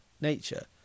nature